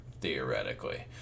theoretically